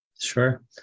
Sure